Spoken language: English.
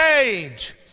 age